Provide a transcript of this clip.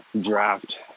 draft